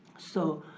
so